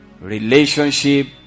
Relationship